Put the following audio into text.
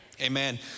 Amen